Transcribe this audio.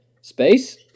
space